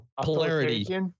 polarity